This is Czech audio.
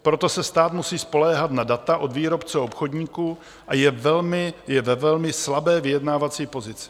Proto se stát musí spoléhat na data od výrobce obchodníku a je ve velmi slabé vyjednávací pozici.